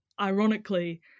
ironically